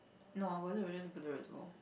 no I will just go to reservoir